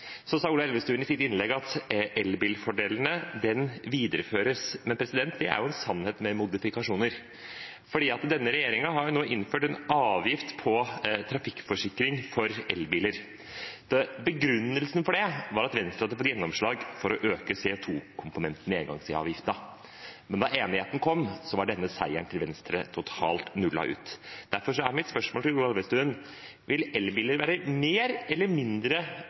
Så sa Ola Elvestuen i sitt innlegg at elbilfordelene videreføres. Det er en sannhet med modifikasjoner, for denne regjeringen har nå innført en avgift på trafikkforsikring for elbiler. Begrunnelsen for det var at Venstre hadde fått gjennomslag for å øke CO 2 -komponenten i engangsavgiften. Men da enigheten kom, var denne seieren til Venstre totalt nullet ut. Derfor er mitt spørsmål til Ola Elvestuen: Vil elbiler ha flere eller